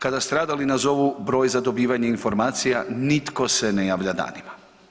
Kada stradali nazovu broj za dobivanje informacija nitko se ne javlja danima.